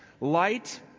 Light